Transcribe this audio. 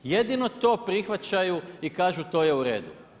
Jedino to prihvaćaju i kažu to je u redu.